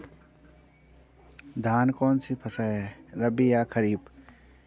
धान कौन सी फसल है रबी या खरीफ?